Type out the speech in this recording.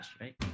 right